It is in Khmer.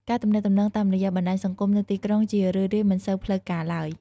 ការទំនាក់ទំនងតាមរយៈបណ្ដាញសង្គមនៅទីក្រុងជារឿយៗមិនសូវផ្លូវការឡើយ។